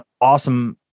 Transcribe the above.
awesome